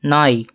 நாய்